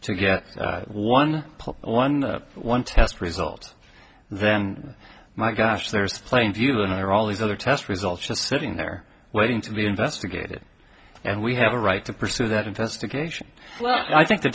to get one one one test result then my gosh there's plainview and i are all these other test results just sitting there waiting to be investigated and we have a right to pursue that investigation well i think the